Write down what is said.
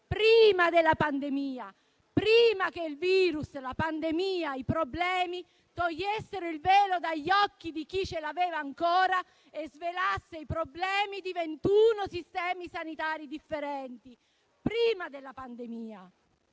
prima della pandemia, prima che il virus, la pandemia e i problemi togliessero il velo dagli occhi di chi ce l'aveva ancora e svelassero i problemi di 21 sistemi sanitari differenti. Questo è successo prima della pandemia.